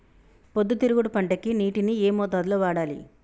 పొద్దుతిరుగుడు పంటకి నీటిని ఏ మోతాదు లో వాడాలి?